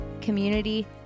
community